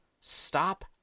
Stop